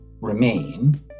remain